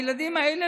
הילדים האלה,